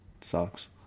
sucks